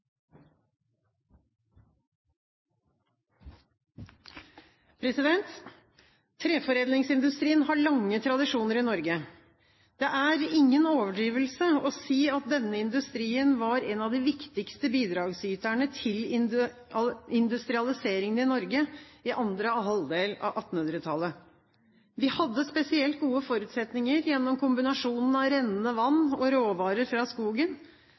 1. Treforedlingsindustrien har lange tradisjoner i Norge. Det er ingen overdrivelse å si at denne industrien var en av de viktigste bidragsyterne til industrialiseringen av Norge i andre halvdel av 1800-tallet. Vi hadde spesielt gode forutsetninger gjennom kombinasjonen av rennende vann og råvarer fra skogen.